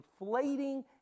inflating